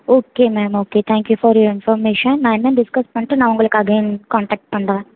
okay ma'am okay thank you for your information நான் என்னன்னு discuss பண்ணிட்டு நான் உங்களுக்கு அகைன் காண்டக்ட் பண்ணுறேன்